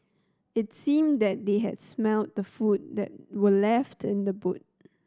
it seemed that they had smelt the food that were left in the boot